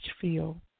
feel